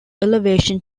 elevation